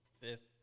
fifth